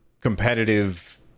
competitive